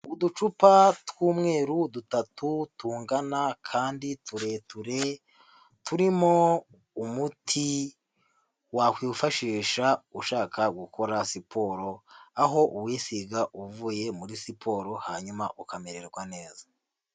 Uducupa tw'umweru dutatu tungana kandi tureture turimo umuti wakwifashisha ushaka gukora siporo aho uwisiga uvuye muri siporo hanyuma ukamererwa neza.